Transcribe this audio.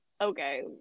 okay